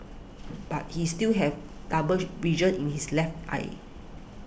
but he still have double vision in his left eye